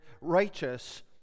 righteous